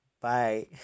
bye